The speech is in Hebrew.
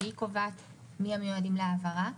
שהיא קובעת מי המיועדים להעברה.